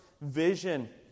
vision